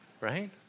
right